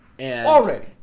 Already